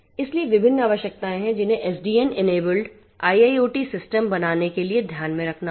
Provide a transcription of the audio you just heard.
इसलिए विभिन्न आवश्यकताएं हैं जिन्हें एसडीएन एनेबिल्ड IIoT सिस्टम बनाने के लिए ध्यान में रखना होगा